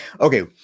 okay